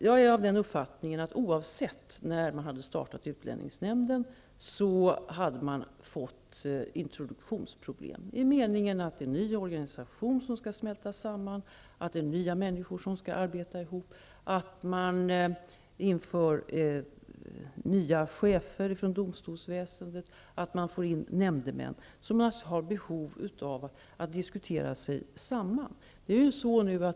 Oavsett när utlänningsnämnden hade börjat arbeta hade det blivit introduktionsproblem i den meningen att det är en ny organisation som skall smälta samman, nya människor skall arbeta ihop, det kommer nya chefer från domstolsväsendet och nya nämndemän, och de har behov av att få diskutera sig samman.